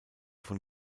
von